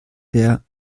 der